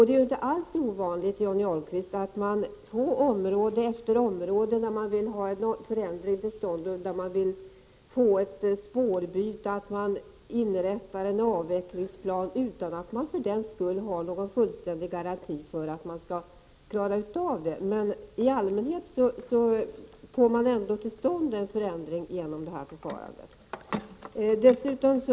Det är inte alls ovanligt, Johnny Ahlqvist, att man på de områden där man vill ha en förändring till stånd och ett spårbyte inrättar en avvecklingplan utan att man för den skull har någon fullständig garanti för att man skall klara av att genomföra en sådan. I allmänhet får man ändå till stånd en förändring genom ett sådant förfarande.